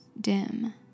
dim